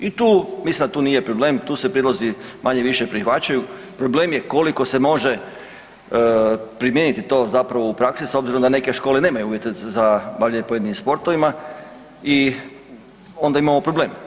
I tu, mislim da tu nije problem, tu se prijedlozi manje-više prihvaćaju, problem je koliko se može primijeniti to zapravo u praksi s obzirom da neke škole nemaju uvjete za bavljenje pojedinim sportovima i onda imamo problem.